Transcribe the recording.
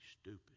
stupid